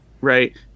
right